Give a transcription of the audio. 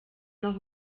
noch